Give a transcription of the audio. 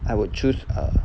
I would choose err